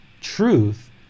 truth